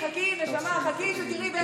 חכי, חכי, נשמה.